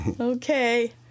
Okay